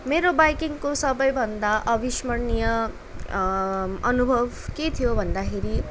मेरो बाइकिङको सबैभन्दा अविस्मरणीय अनुभव के थियो भन्दाखेरि